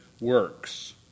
works